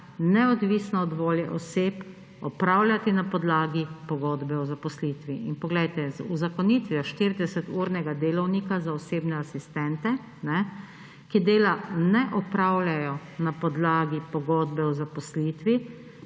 neodvisno od volje oseb, opravljati na podlagi pogodbe o zaposlitvi. In poglejte, z uzakonitvijo 40-urnega delavnika za osebne asistente, ki dela ne opravljajo na podlagi pogodbe o zaposlitvi,